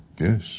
Yes